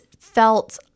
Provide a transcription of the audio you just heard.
felt